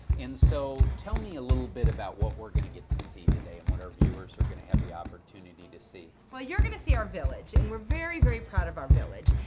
and so tell me a little bit about what we're going to get to see today, and what our viewers are going to have the opportunity to see. well, you're going to see our village, and we're very, very proud of our village.